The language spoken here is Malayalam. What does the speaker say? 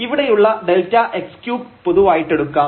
ഇവിടെയുള്ള Δx3 പൊതുവായിട്ടെടുക്കാം